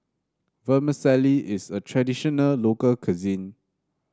vermicelli is a traditional local cuisine